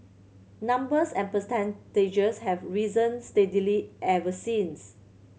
numbers and percentages have risen steadily ever since